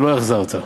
ולא החזרת.